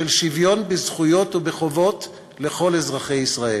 של שוויון בזכויות ובחובות לכל אזרחי ישראל?